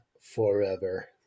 Forever